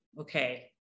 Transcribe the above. okay